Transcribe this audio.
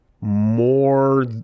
more